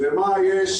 ומה יש